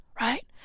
right